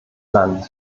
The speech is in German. land